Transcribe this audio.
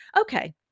okay